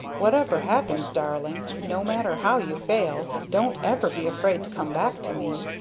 whatever happens, darling no matter how you fail don't ever be afraid to come back to me.